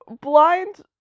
blind